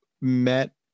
met